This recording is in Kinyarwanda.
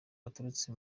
baturutse